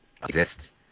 exist